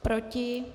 Proti?